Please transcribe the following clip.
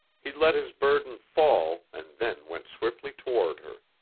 he let his burden fall and then went swiftly toward her.